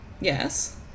Yes